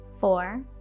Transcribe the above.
four